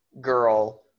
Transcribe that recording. girl